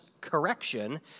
correction